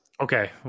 Okay